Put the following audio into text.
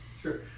Sure